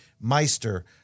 Meister